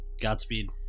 godspeed